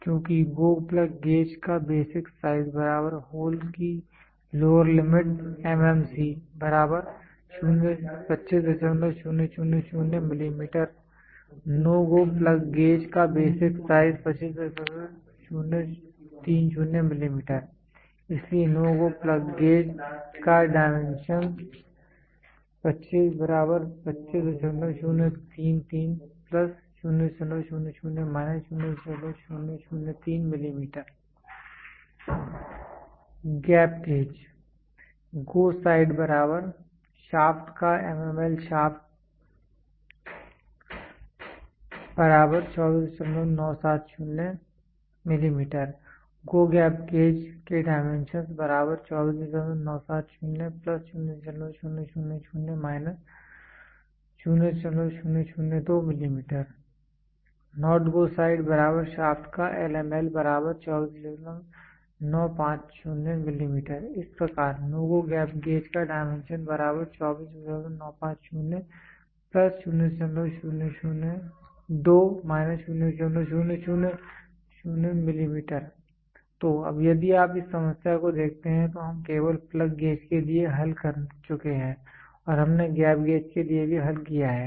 चूंकि go plug gauge का basic size hole की lower limit MMC 25000 mm No Go plug gauge का basic size 25030 mm इसलिए no go plug gauge 'No Go' Plug Gauge का dimension mm gap gauge go side shaft का MML 24970 mm go gap gauge के dimensions mm not go side shaft का LML 24950 mm इस प्रकार no go gap gauge का dimension तो अब यदि आप इस समस्या को देखते हैं तो हम केवल प्लग गेज के लिए हल कर चुके हैं और हमने गैप गेज के लिए भी हल किया है